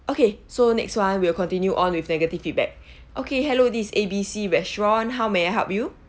okay so next one will continue on with negative feedback okay hello this is A B C restaurant how may I help you